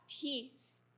peace